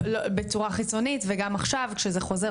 בצורה חיצונית וגם עכשיו כזה חוזר,